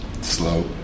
Slow